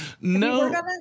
No